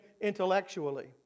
intellectually